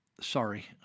sorry